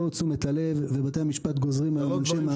תשומת הלב ובתי המשפט גוזרים עונשי מאסר.